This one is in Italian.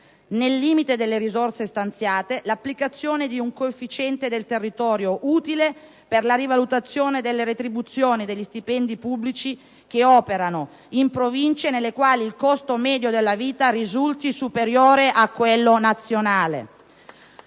nel limite delle risorse stanziate, l'applicazione di un coefficiente del territorio utile per la rivalutazione delle retribuzioni e degli stipendi pubblici che operano in Province nelle quali il costo medio della vita risulti superiore a quello nazionale.